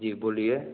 जी बोलिए